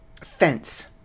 fence